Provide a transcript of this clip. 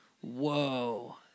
Whoa